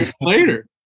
Later